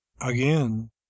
Again